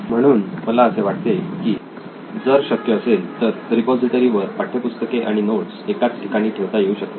म्हणून मला असे वाटते की जर शक्य असेल तर रिपॉझिटरी वर पाठ्यपुस्तके आणि नोट्स एकाच ठिकाणी ठेवता येऊ शकतील